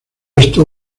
esto